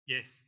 Yes